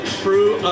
true